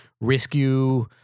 rescue